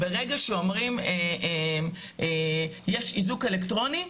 כי ברגע שאומרים שיש איזוק אלקטרוני,